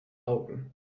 augen